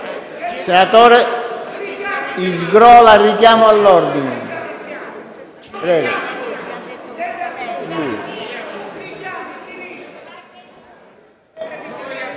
Senatore D'Anna, la richiamo all'ordine.